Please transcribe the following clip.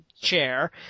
chair